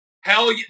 hell